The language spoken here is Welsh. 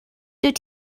dwyt